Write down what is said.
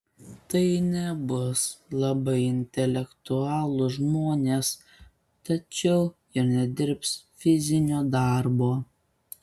tai nebus labai intelektualūs žmonės tačiau ir nedirbs fizinio darbo